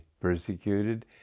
persecuted